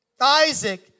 Isaac